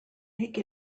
make